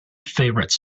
favorite